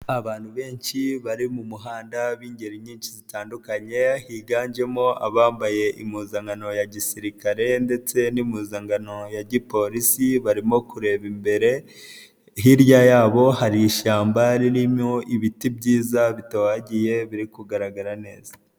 Abantu benshi bari mu muhanda b'ingeri nyinshi zitandukanye, higanjemo abambaye impuzankano ya gisirikare ndetse n'impuzankano ya gipolisi barimo kureba imbere, hirya yabo hari ishyamba ririmo ibiti byiza bitohagiye biri kugaragara neza.